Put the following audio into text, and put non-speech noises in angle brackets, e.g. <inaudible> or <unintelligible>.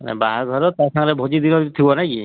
ବାହାଘର ତା ସାଙ୍ଗରେ ଭୋଜି <unintelligible> ଥିବ ନା କି